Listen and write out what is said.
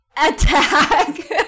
attack